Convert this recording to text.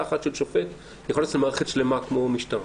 אחת של שופט יכולה לעשות למערכת שלמה למשל כמו המשטרה.